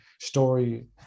story